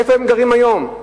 איפה הם גרים היום?